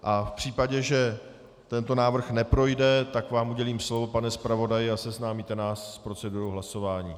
A v případě, že tento návrh neprojde, tak vám udělím slovo, pane zpravodaji, a seznámíte nás s procedurou hlasování.